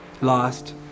lost